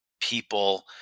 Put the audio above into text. people